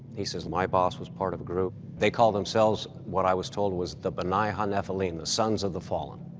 he says, my boss was part of a group. they call themselves what i was told was the b'nai ha'nephilim, the sons of the fallen,